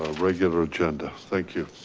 ah regular agenda. thank you.